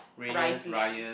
Reyes-Lee